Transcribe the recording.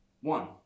One